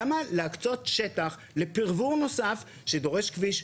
מדוע להקצות שטח לפירבור נוסף שדורש כביש,